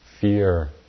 fear